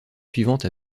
suivante